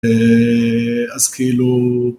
אה... אז כאילו...